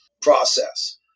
process